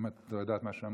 אם את לא יודעת מה שאמרתי,